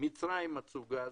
מצרים מצאו גז,